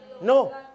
No